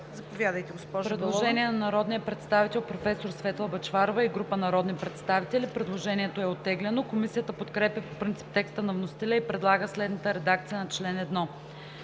Заповядайте, госпожо Белова.